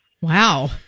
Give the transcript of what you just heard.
Wow